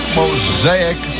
mosaic